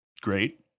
great